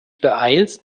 beeilst